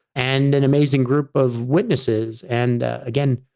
and an amazing group of witnesses. and again,